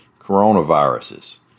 coronaviruses